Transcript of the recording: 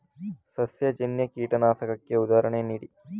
ಸಸ್ಯಜನ್ಯ ಕೀಟನಾಶಕಕ್ಕೆ ಉದಾಹರಣೆ ನೀಡಿ?